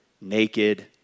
naked